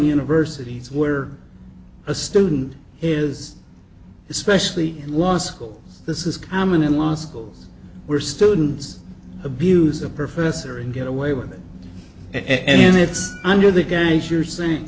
universities where a student is especially law school this is common in law schools where students abuse a professor and get away with it and it's under the gangs you're saying